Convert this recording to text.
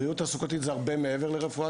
בריאות תעסוקתית זה הרבה מעבר לרפואה